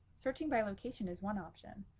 searching by location is one option.